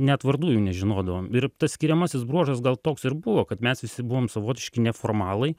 net vardų jų nežinodavom ir skiriamasis bruožas gal toks ir buvo kad mes visi buvom savotiški neformalai